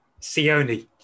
Sione